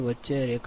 19 0